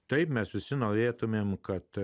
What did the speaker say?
tai mes visi norėtumėm kad